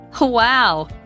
Wow